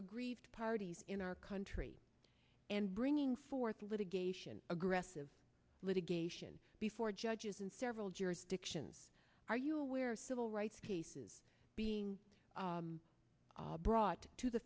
aggrieved parties in our country and bringing forth litigation aggressive litigation before judges and several jurisdictions are you aware civil rights cases being brought to the